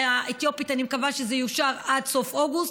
אני מקווה שזה יאושר עד סוף אוגוסט.